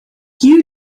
you